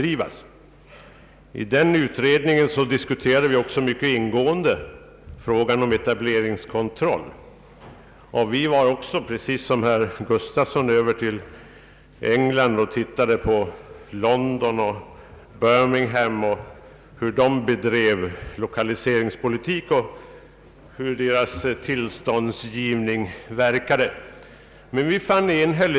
I utredningen diskuterades också mycket ingående frågan om etableringskontroll, och vi for liksom herr Gustafsson över till England och lärde oss hur man i London och i Birmingham bedrev lokaliseringspolitik och hur tillståndsgivningen för industrietablering där verkade.